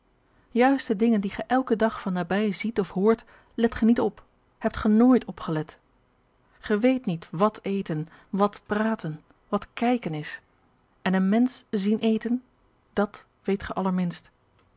juist de dingen die ge eiken dag van nabij ziet of hoort let ge niet op hebt ge nit opgelet ge weet niet wat eten wat praten wat kijken is e n e e n m e n s c h zien eten dat weet ge allerminst